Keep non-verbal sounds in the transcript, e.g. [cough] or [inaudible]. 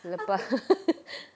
lepa~ [laughs]